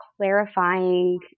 clarifying